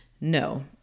no